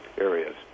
areas